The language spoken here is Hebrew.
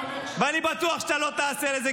--- ואני בטוח שאתה לא תעשה את זה,